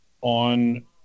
on